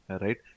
right